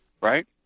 right